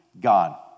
God